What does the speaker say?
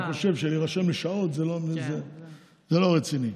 אני חושב שלהירשם לשעות זה לא רציני.